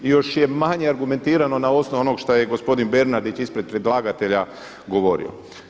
I još je manje argumentirano na osnovu onog šta je gospodin Bernardić ispred predlagatelja govorio.